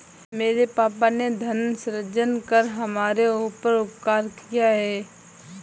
मेरे पापा ने धन सृजन कर हमारे ऊपर उपकार किया है